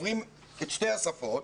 דוברים את שתי השפות,